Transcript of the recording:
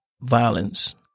violence